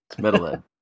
metalhead